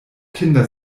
kinder